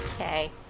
Okay